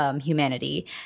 humanity